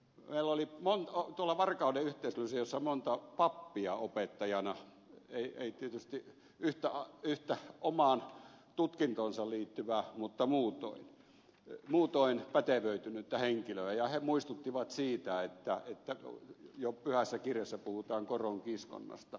meillä oli tuolla var kauden yhteislyseossa monta pappia opettajana ei tietysti omaan tutkintoonsa liittyen mutta muutoin pätevöitynyttä henkilöitä ja he muistuttivat siitä että jo pyhässä kirjassa puhutaan koronkiskonnasta